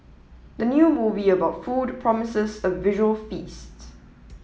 the new movie about food promises a visual feast